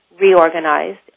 reorganized